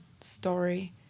story